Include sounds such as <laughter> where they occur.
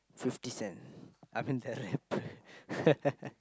Fifty-Cent I mean the rapper <laughs>